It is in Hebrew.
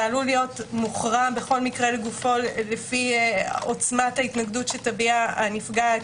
עלול להיות מוכרע בכל מקרה לגופו לפי עוצמת ההתנגדות שתביע הנפגעת,